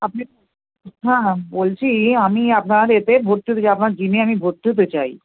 আপনি হ্যাঁ হ্যাঁ বলছি আমি আপনার এতে ভর্তি হতে চাই আপনার জিমে আমি ভর্তি হতে চাই